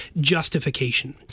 justification